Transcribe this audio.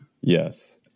Yes